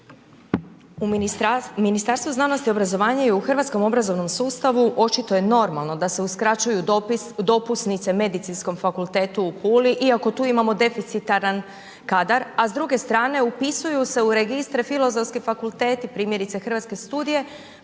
Ministarstvo znanosti i obrazovanja je u hrvatskom obrazovnom sustavu očito je normalno da se uskraćuju dopusnice Medicinskom fakultetu u Puli iako tu imamo deficitaran kadar, a s druge strane upisuju se u registre Filozofski fakulteti primjerice Hrvatske studije